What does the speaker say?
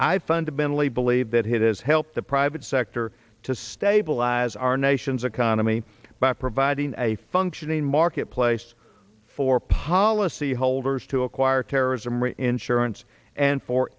i fundamentally believe that has helped the private sector to stabilize our nation's economy by providing a functioning marketplace for policyholders to acquire terrorism or insurance and for